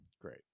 great